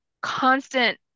constant